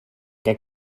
què